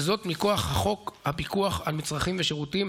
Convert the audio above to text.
וזאת מכוח חוק הפיקוח על מצרכים ושירותים,